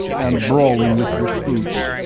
and brawling with recruits.